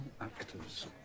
actors